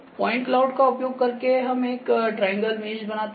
point cloud का उपयोग करके हम एक ट्रायंगल मेश बनाते हैं